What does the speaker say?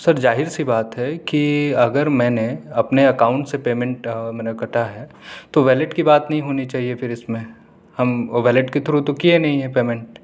سر ظاہر سی بات ہے کہ اگر میں نے اپنے اکاؤنٹ سے پیمنٹ میرا کٹا ہے تو ولیٹ کی بات نہیں ہونی چاہئے پھر اس میں ہم ولیٹ کے تھرو تو کئے نہیں ہیں پیمنٹ